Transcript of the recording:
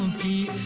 d,